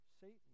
Satan